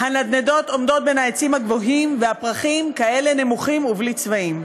"הנדנדות עומדות בין העצים הגבוהים / והפרחים כאלה נמוכים ובלי צבעים".